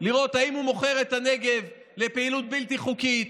לראות אם הוא מוכר את הנגב לפעילות בלתי חוקית,